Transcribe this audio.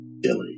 Billy